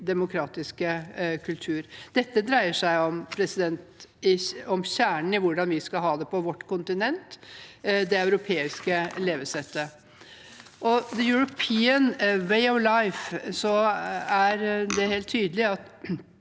demokratiske kultur. Dette dreier seg om kjernen i hvordan vi skal ha det på vårt kontinent, det europeiske levesettet, og når det gjelder «the European way of life», er det helt på sin